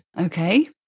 Okay